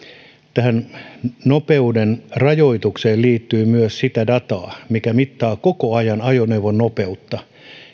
tähän nopeuden rajoitukseen liittyy myös sitä dataa mikä mittaa koko ajan ajoneuvon nopeutta